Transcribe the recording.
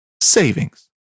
savings